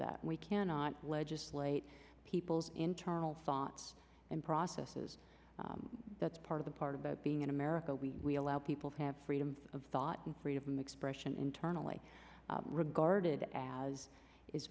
that we cannot legislate people's internal thoughts and processes that's part of the part about being in america we allow people to have freedom of thought and freedom of expression internally regarded as is